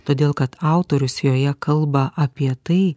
todėl kad autorius joje kalba apie tai